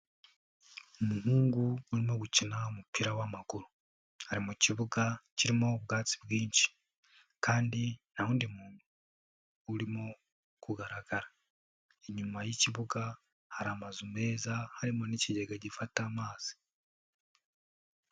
Umuhungu urimo gukina umupira w'amaguru, ari mu kibuga kirimo ubwatsi bwinshi, kandi nta wundi muntu urimo kugaragara. Hnyuma y'ikibuga hari amazu meza, harimo n'ikigega gifata amazi.